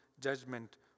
judgment